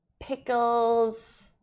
pickles